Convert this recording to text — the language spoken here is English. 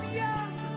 young